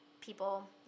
people